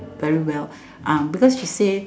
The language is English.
very well uh because she says